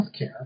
Healthcare